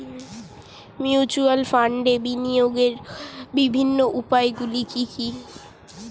Mutual ফান্ডে বিনিয়োগের বিভিন্ন উপায়গুলি কি কি?